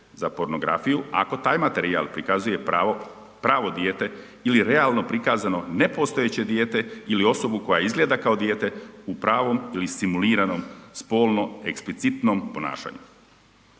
za pornografiju ako taj materijal prikazuje pravo dijete ili realno prikazano nepostojeće dijete ili osobu koja izgleda kao dijete u pravom ili simuliranom spono eksplicitnom ponašanju.